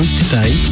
today